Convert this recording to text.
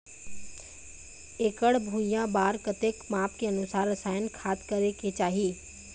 एकड़ भुइयां बार कतेक माप के अनुसार रसायन खाद करें के चाही?